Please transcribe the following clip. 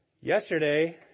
Yesterday